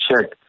check